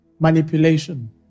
Manipulation